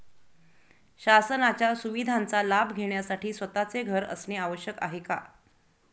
शासनाच्या सुविधांचा लाभ घेण्यासाठी स्वतःचे घर असणे आवश्यक आहे का?